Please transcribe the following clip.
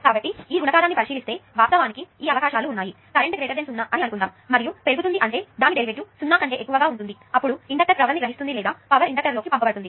కాబట్టి ఈ గుణకారాన్ని పరిశీలిస్తే వాస్తవానికి ఈ అవకాశాలు ఉన్నాయి కరెంటు 0 అని అనుకుందాము మరియు పెరుగుతుంది అంటే దాని డెరివేటివ్ కూడా 0 కన్నా ఎక్కువగా ఉంటుంది అప్పుడు ఇండక్టర్ పవర్ ని గ్రహిస్తుంది లేదా పవర్ ఇండక్టర్లోకి పంపబడుతుంది